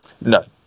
No